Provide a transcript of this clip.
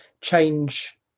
change